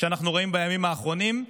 שאנחנו רואים בימים האחרונים,